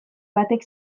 batek